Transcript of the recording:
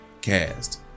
cast